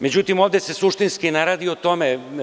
Međutim, ovde se suštinski ne radi o tome.